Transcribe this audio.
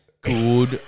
good